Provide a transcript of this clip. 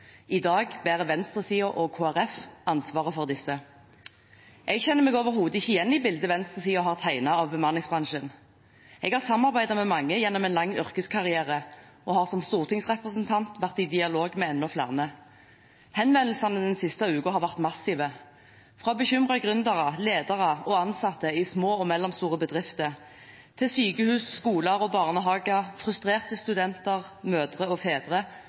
I dag bærer venstresiden og Kristelig Folkeparti ansvaret for dem. Jeg kjenner meg overhodet ikke igjen i bildet venstresiden har tegnet av bemanningsbransjen. Jeg har samarbeidet med mange gjennom en lang yrkeskarriere og har som stortingsrepresentant vært i dialog med enda flere. Henvendelsene den siste uken har vært massive – fra bekymrede gründere, ledere og ansatte i små og mellomstore bedrifter til sykehus, skoler og barnehager, frustrerte studenter, mødre og fedre,